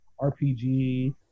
RPG